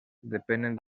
depenen